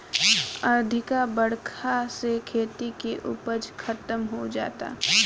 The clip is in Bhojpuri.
अधिका बरखा से खेती के उपज खतम हो जाता